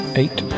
eight